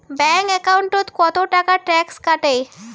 Bank একাউন্টত কতো টাকা ট্যাক্স কাটে?